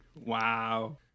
wow